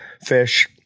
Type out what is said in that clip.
fish